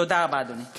תודה רבה, אדוני.